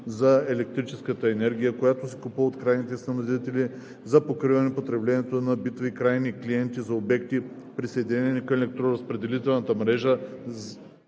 за електрическата енергия, която се купува от крайните снабдители за покриване потреблението на битови крайни клиенти за обекти, присъединени към електроразпределителна мрежа,